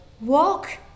walk